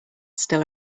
still